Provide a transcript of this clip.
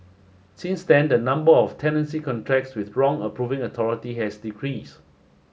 since then the number of tenancy contracts with wrong approving authority has decreased